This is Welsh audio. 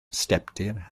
stepdir